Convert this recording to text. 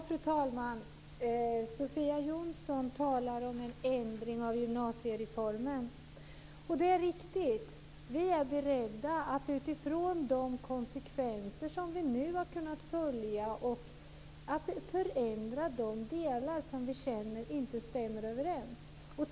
Fru talman! Sofia Jonsson talar om en ändring av gymnasiereformen. Det är riktigt. Vi är beredda att utifrån de konsekvenser som vi nu kunnat se förändra de delar som vi känner inte stämmer överens.